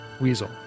Weasel